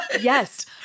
Yes